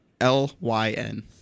L-Y-N